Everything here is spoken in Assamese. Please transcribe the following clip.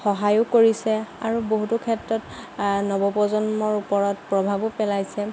সহায়ো কৰিছে আৰু বহুটো ক্ষেত্ৰত নৱপ্ৰজন্মৰ ওপৰত প্ৰভাৱো পেলাইছে